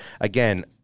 Again